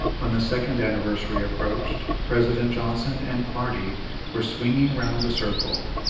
when the second anniversary approached, president johnson and party were swinging round the circle,